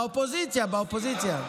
באופוזיציה, באופוזיציה.